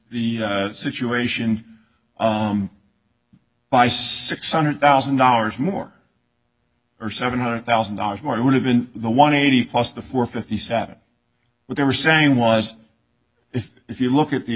the situation by six hundred thousand dollars more or seven hundred thousand dollars more it would have been the one eighty plus the four fifty seven but they were saying was it if you look at the